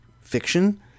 fiction